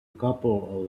couple